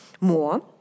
more